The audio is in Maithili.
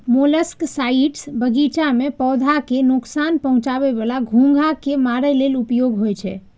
मोलस्कसाइड्स बगीचा मे पौधा कें नोकसान पहुंचाबै बला घोंघा कें मारै लेल उपयोग होइ छै